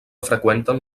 freqüenten